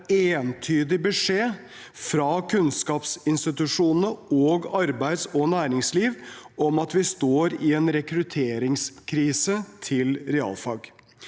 entydig beskjed fra kunnskapsinstitusjonene og arbeids- og næringslivet om at vi står i en rekrutteringskrise for realfag.